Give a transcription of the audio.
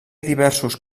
diversos